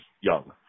Young